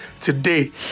today